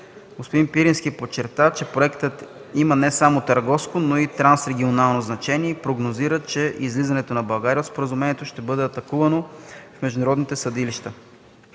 Господин Пирински подчерта, че проектът има не само търговско, но и трансрегионално значение и прогнозира, че излизането на България от споразумението ще бъде атакувано в международните съдилища.